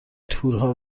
تورها